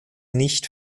nicht